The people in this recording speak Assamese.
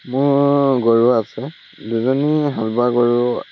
মোৰ গৰু আছে দুজনী হাল বোৱা গৰু